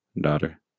daughter